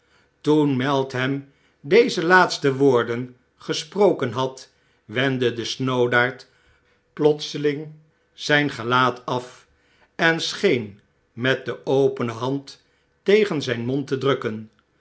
toen meltham deze laatste woorden gesproken had wendde de snoodaard plotseling zyn gelaat af en scheen met de opene handtegen zyn mond te drukken